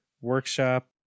Workshop